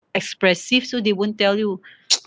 expressive so they won't tell you